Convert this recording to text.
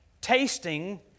Tasting